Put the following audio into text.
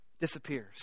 Disappears